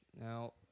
Now